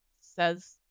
says